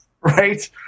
Right